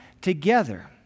together